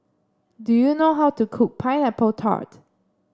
do you know how to cook Pineapple Tart